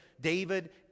David